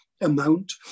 amount